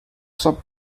sub